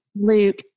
Luke